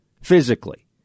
physically